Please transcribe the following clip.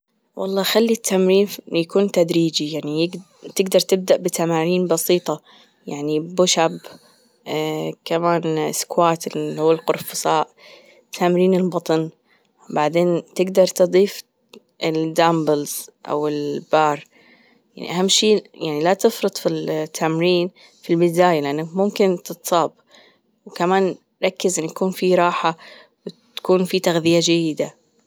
الله خلي التمرين يكون تدريجي يعني تجدر تبدأ بتمارين بسيطة يعني push up كمان الاسكوات اللي هو القرفصاء، تمرين البطن بعدين تجدر تضيف الدامبلز أو البار يعني أهم شي يعني لا تفرط في في التمرين في البداية يعني ممكن تتصاب كمان ركز إن يكون في راحة وإن تكون في تغذية جيدة